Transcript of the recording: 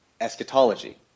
eschatology